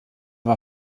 war